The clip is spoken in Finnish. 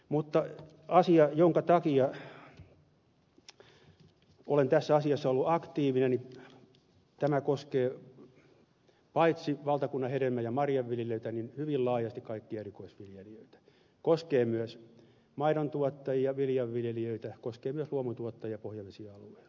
mutta asia jonka takia olen tässä ollut aktiivinen koskee paitsi valtakunnan hedelmä ja marjanviljelijöitä lisäksi hyvin laajasti kaikkia erikoisviljelijöitä koskee myös maidontuottaja viljanviljelijöitä koskee myös luomutuottajia pohjavesialueilla